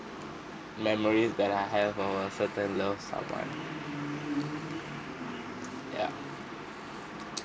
memory that I have of a certain loved someone ya